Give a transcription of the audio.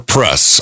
Press